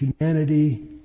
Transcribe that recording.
humanity